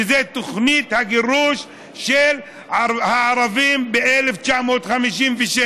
שזו תוכנית הגירוש של הערבים מ-1956.